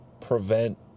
prevent